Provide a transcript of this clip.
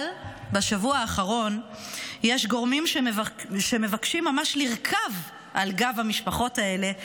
אבל בשבוע האחרון יש גורמים שמבקשים ממש לרכוב על גב המשפחות האלה,